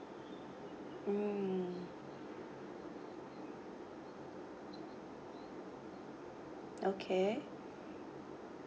mm okay